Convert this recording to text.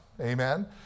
Amen